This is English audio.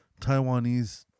Taiwanese